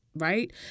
Right